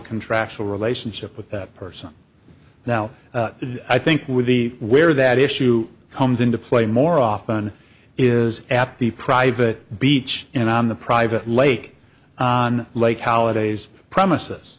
contractual relationship with that person now i think with the where that issue comes into play more often is at the private beach and on the private lake on lake holidays premises